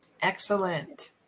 Excellent